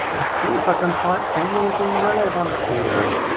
let's see if i can find anything relevant here.